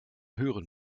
hören